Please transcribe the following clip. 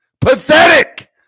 Pathetic